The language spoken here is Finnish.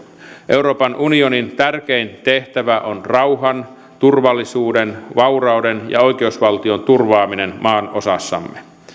euroopan unionin tärkein tehtävä on rauhan turvallisuuden vaurauden ja oikeusvaltion turvaaminen maanosassamme